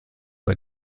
bei